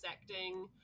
acting